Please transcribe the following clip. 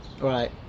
Right